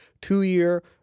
two-year